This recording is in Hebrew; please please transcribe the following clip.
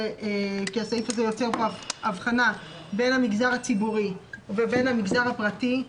כי הסעיף הזה יוצר הבחנה בין המגזר הציבורי לבין המגזר הפרטי.